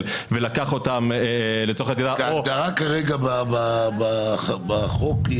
ולקחת אותן לצורך דירה --- ההגדרה כרגע בחוק היא